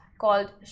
called